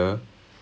mm mm mm